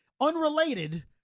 Unrelated